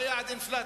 מה יעד האינפלציה,